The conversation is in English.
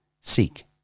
seek